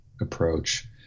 approach